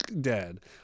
dead